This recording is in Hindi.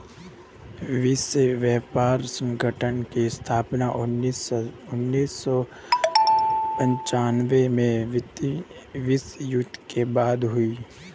विश्व व्यापार संगठन की स्थापना उन्नीस सौ पिच्यानबें में द्वितीय विश्व युद्ध के बाद हुई